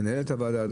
מנהלת הוועדה,